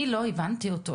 אני לא הבנתי אותו,